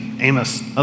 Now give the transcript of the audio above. Amos